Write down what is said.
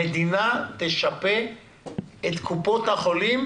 המדינה תשפה את קופות החולים,